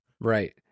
Right